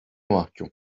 mahkum